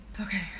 Okay